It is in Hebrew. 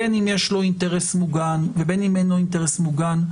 בין אם יש לו אינטרס מוגן ובין אם אין לו אינטרס מוגן,